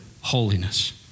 holiness